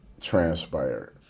transpired